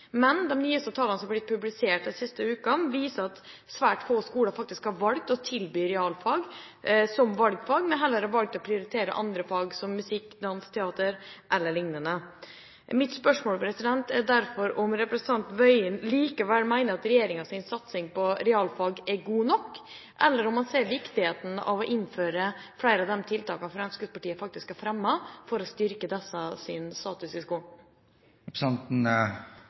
Men de nyeste tallene som har blitt publisert de siste ukene, viser at svært få skoler faktisk har valgt å tilby realfag som valgfag, men heller har valgt å prioritere andre fag, som musikk, dans, teater e.l. Mitt spørsmål er derfor om representanten Tingelstad Wøien likevel mener at regjeringens satsing på realfag er god nok, eller om man ser viktigheten av å innføre flere av tiltakene Fremskrittspartiet har fremmet for å styrke disse fagenes status i